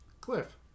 cliff